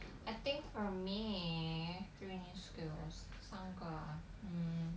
I think for me three new skills 三个 mm